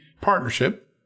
Partnership